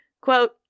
Quote